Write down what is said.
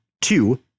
two